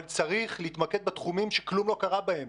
אבל צריך להתמקד בתחומים שכלום לא קרה בהם.